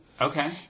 Okay